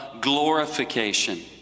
glorification